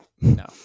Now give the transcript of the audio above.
No